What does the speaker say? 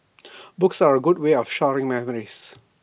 books are A good way of storing memories